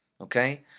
Okay